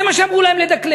זה מה שאמרו להם לדקלם.